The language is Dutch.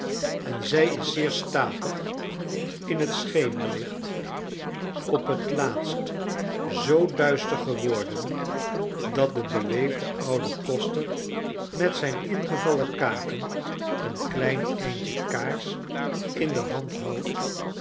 en zij is zeer statig in het schemerlicht op het laatst zoo duister geworden dat de beleefde oude koster met zijn ingevallen kaken een klein eindje kaars in de hand houdt